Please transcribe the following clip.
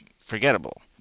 forgettable